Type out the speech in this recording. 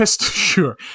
Sure